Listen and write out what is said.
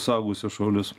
suaugusius šuolius